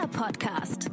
Podcast